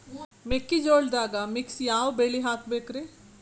ಮೆಕ್ಕಿಜೋಳದಾಗಾ ಮಿಕ್ಸ್ ಯಾವ ಬೆಳಿ ಹಾಕಬೇಕ್ರಿ?